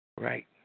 Right